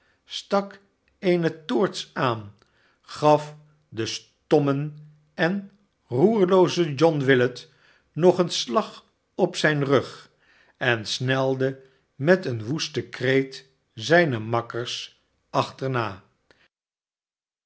stak eene toorts aan gaf den stommen en roerloozen john willet nog een slag op zijn rug en snelde met een woesten kreet zijne makkers achterna